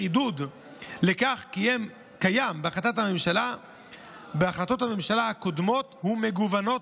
עידוד לכך קיים בהחלטות ממשלה קודמות ומגוונות.